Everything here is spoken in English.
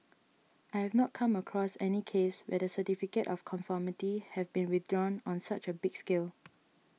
I have not come across any case where the Certificate of Conformity have been withdrawn on such a big scale